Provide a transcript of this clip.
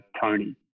Tony